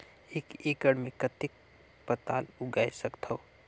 एक एकड़ मे कतेक पताल उगाय सकथव?